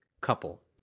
couple